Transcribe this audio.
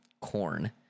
Corn